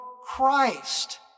Christ